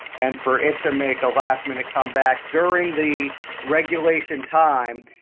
and for it to make a last minute comeback during the regulation time,